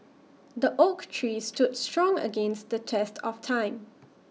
the oak tree stood strong against the test of time